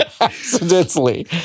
accidentally